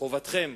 חובתכם